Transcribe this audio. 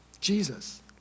Jesus